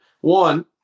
one